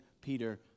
Peter